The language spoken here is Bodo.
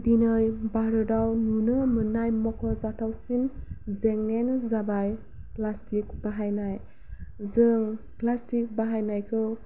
दिनै भारतआव नुनो मोननाय मखजाथावसिन जेंनायानो जाबाय प्लासटिक बाहायनाय जों प्लासटिक बाहायनायखौ